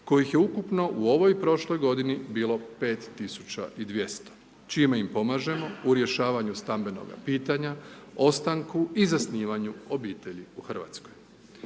kojih je ukupno u ovoj i prošloj godini bilo 5200 čime im pomažemo u rješavanju stambenoga pitanja, ostanku i zasnivanju obitelji u Hrvatskoj.